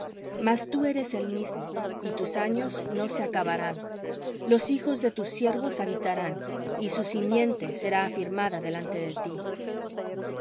mas tú eres el mismo y tus años no se acabarán los hijos de tus siervos habitarán y su simiente será afirmada delante de ti